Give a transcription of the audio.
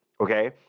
Okay